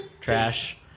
Trash